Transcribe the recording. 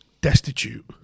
destitute